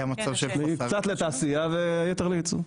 קצת לתעשייה והיתר ליצור.